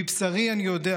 מבשרי אני יודע",